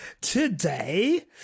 today